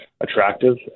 attractive